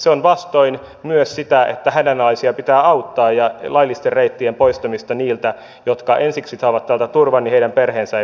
se on vastoin myös sitä että hädänalaisia pitää auttaa ja laillisten reittien poistamista niiltä jotka ensiksi saavat täältä turvan etteivät heidän perheensä voi tulla tänne